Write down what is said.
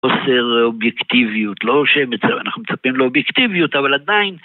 חוסר אובייקטיביות, לא ש... אנחנו מצפים לאובייקטיביות, אבל עדיין